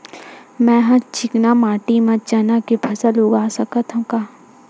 मै ह चिकना माटी म चना के फसल उगा सकथव का?